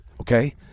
Okay